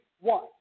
one